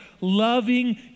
loving